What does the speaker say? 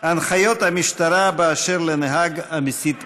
הנחיות המשטרה באשר לנהג המסיט מבט.